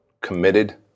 committed